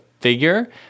figure